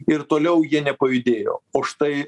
ir toliau jie nepajudėjo o štai